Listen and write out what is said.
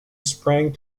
sprang